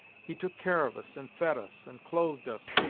he took care of us, and fed us, and clothed us,